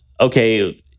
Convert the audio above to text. okay